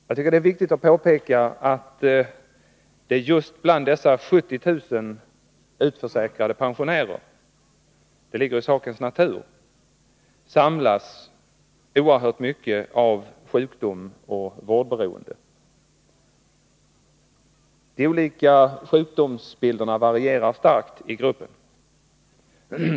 Jag tycker att det är viktigt att påpeka att det bland just dessa 70 000 utförsäkrade pensionärer — det ligger i sakens natur — samlas oerhört mycken sjukdom och stort vårdberoende. De olika sjukdomsbilderna varierar starkt i gruppen.